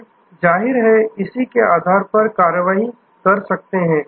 फिर जाहिर है आप इसी के आधार पर कार्रवाई कर सकते हैं